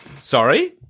Sorry